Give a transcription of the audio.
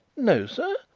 no, sir?